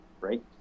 right